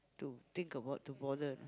to think about to bother